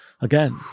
again